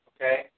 Okay